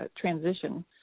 transition